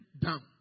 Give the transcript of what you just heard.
down